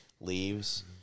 leaves